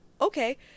okay